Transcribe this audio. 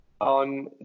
On